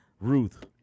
Ruth